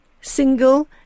single